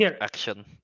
action